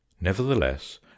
Nevertheless